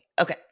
Okay